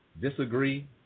disagree